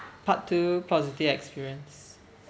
part two positive experience